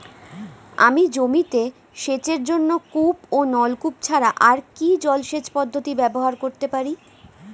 আমি জমিতে সেচের জন্য কূপ ও নলকূপ ছাড়া আর কি জলসেচ পদ্ধতি ব্যবহার করতে পারি?